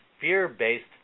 fear-based